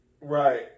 right